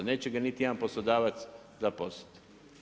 Neće ga niti jedan poslodavac zaposliti.